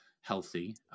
healthy